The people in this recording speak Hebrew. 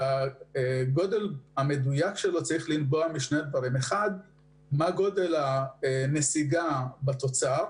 הגודל המדויק של הגירעון צריך לנבוע מהחישוב מה גודל הנסיגה בתוצר,